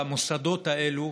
את העובדה שהמוסדות האלה,